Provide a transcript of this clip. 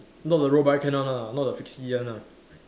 not the road bike cannot ah not the fixie one ah